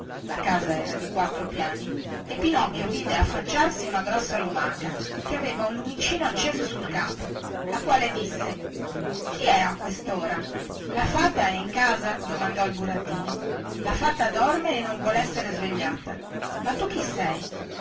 era di quattro piani e pinocchio vide affacciarsi una grossa lumaca che aveva un lumicino acceso sul capo la quale disse chi è a questora la fata è in casa domandò il burattino la fata dorme e non vuol essere svegliata ma tu chi sei